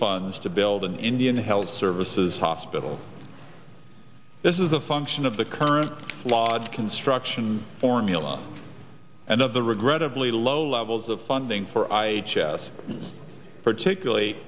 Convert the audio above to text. funds to build an indian health services hospital this is a function of the current flawed construction formula and of the regrettably low levels of funding for i jest particularly